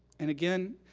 and again,